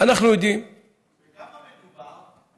אנחנו יודעים, בכמה מדובר?